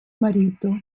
marito